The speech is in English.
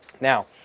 Now